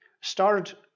started